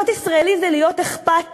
להיות ישראלי זה להיות אכפתי.